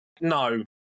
no